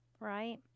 right